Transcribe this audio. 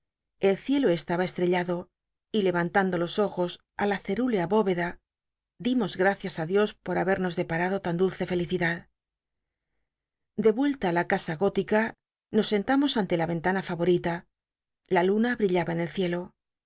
el cielo estaba estrellado y lel'antando los ojos ti la cerúlea bóveda dimos gracias á dios por habernos deparado tan dulce felicidad de vuelta á la casa gótica nos sentamos anle la ventana favorita la in na brillaba en el cielo